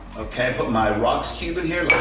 okay, put my rocks cube in here